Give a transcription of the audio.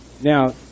Now